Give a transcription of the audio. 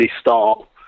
start